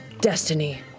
Destiny